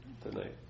tonight